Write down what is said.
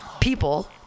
people